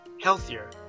healthier